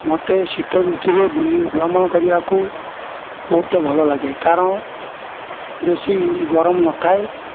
ମୋତେ ଶୀତୠତୁ ଭ୍ରମଣ କରିବାକୁ ବହୁତ ଭଲଲାଗେ କାରଣ ବେଶୀ ଗରମ ନଥାଏ